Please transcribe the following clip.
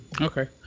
Okay